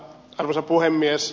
arvoisa puhemies